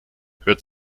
hört